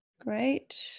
Great